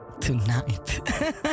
tonight